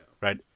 right